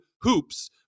hoops